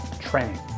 training